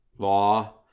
law